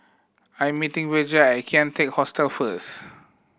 I'm meeting Virgia at Kian Teck Hostel first